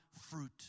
fruit